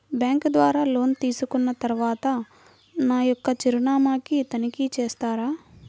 Bank ద్వారా loan తీసుకున్న తరువాత నా యొక్క చిరునామాని తనిఖీ చేస్తారా?